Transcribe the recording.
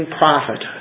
profit